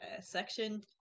section